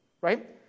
right